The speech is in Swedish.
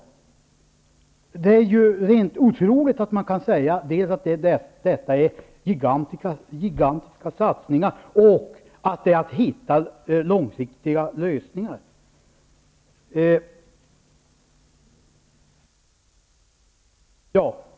Det är otroligt att man kan säga att det rör sig om gigantiska satsningar och att man därmed finner långsiktiga lösningar.